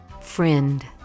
Friend